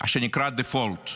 שנקרא דיפולט: